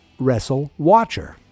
WrestleWatcher